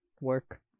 work